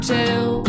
tell